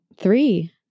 three